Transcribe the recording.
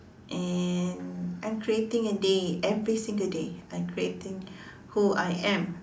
and I am creating a day every single day I am creating who I am